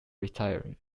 retiring